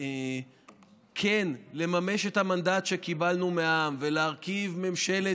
הזדמנות שחייבים לממש.